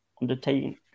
undertaking